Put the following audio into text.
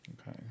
Okay